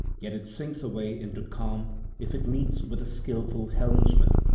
yet it sinks away into calm if it meets with a skilful helmsman.